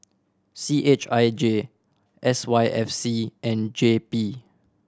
C H I J S Y F C and J P